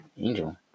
Angel